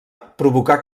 provocà